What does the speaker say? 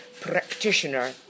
practitioner